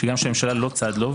גם כשהממשלה לא צד לו,